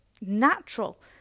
natural